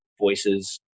voices